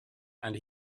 and